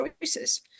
choices